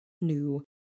new